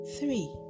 Three